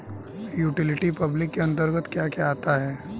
Utility public के अंतर्गत क्या आता है?